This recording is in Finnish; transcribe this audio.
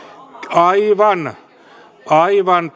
aivan aivan